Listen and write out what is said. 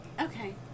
Okay